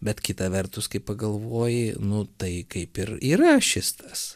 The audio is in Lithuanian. bet kita vertus kai pagalvoji nu tai kaip ir yra šis tas